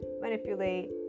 manipulate